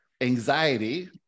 Anxiety